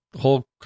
whole